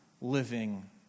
living